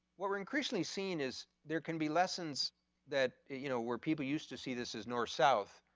what we're increasingly seeing is there can be lessons that, you know, where people used to see this as north south,